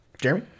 Jeremy